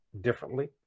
differently